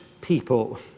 people